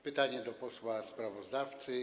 Pytanie do posła sprawozdawcy.